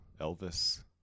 elvis